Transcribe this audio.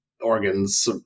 organs